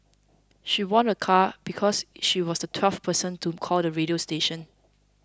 she won a car because she was the twelfth person to call the radio station